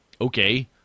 Okay